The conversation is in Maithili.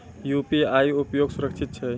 यु.पी.आई उपयोग सुरक्षित छै?